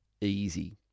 easy